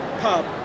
pub